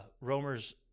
Romer's